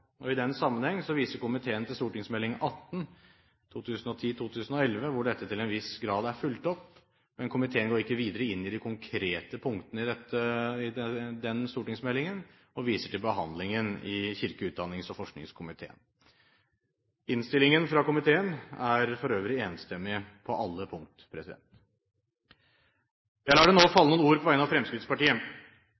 opp. I den sammenheng viser komiteen til Meld. St. 18 for 2010–2011 hvor dette til en viss grad er fulgt opp, men komiteen går ikke videre inn i de konkrete punktene i den stortingsmeldingen og viser til behandlingen i kirke-, utdannings- og forskningskomiteen. Innstillingen fra komiteen er for øvrig enstemmig på alle punkt. Jeg lar det nå